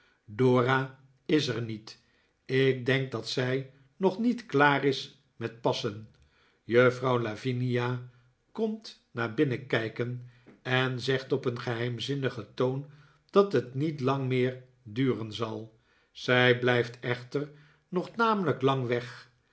dora is er niet ik denk dat zij nog niet klaar is met passen juffrouw lavinia komt naar ibinnen kijken en zegt op een geheimzinnigen toon dat het niet lang meer duren zal zij blijft echter nog tamelijk lang weg